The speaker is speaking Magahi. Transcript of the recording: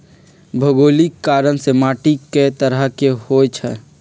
भोगोलिक कारण से माटी कए तरह के होई छई